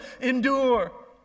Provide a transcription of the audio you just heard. endure